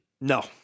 No